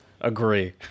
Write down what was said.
agree